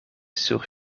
sur